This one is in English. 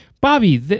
Bobby